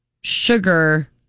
sugar